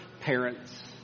parents